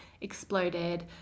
exploded